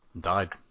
died